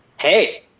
hey